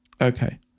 okay